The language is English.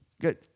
good